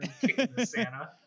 Santa